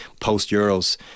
post-Euro's